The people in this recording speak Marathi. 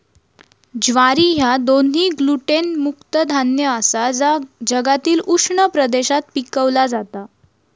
ज्वारी ह्या दोन्ही ग्लुटेन मुक्त धान्य आसा जा जगातील उष्ण प्रदेशात पिकवला जाता